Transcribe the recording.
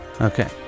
okay